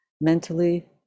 mentally